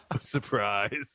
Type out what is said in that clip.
Surprise